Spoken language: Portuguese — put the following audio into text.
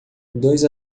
dois